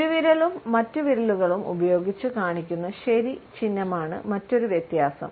പെരുവിരലും മറ്റ് വിരലുകളും ഉപയോഗിച്ച് കാണിക്കുന്ന 'ശരി' ചിഹ്നമാണ് മറ്റൊരു വ്യത്യാസം